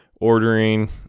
ordering